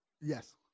Yes